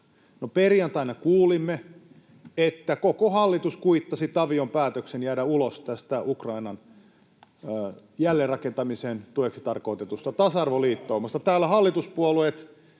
perjantaina kuulimme, että koko hallitus kuittasi Tavion päätöksen jäädä ulos tästä Ukrainan jälleenrakentamisen tueksi tarkoitetusta tasa-arvoliittoumasta.